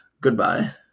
Goodbye